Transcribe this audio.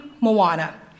Moana